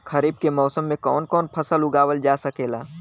खरीफ के मौसम मे कवन कवन फसल उगावल जा सकेला?